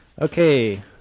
Okay